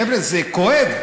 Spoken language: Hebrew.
חבר'ה, זה כואב.